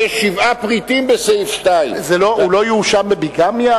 ויש שבעה פריטים בסעיף 2. הוא לא יואשם בביגמיה,